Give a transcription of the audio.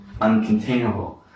Uncontainable